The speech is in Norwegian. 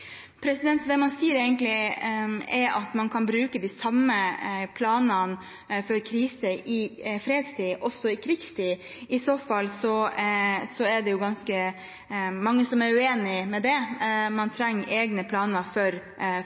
Det man sier, er egentlig at man kan bruke de samme planene for krise i fredstid som i krigstid. I så fall er det ganske mange som er uenig i det. Man trenger egne planer for